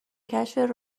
کشف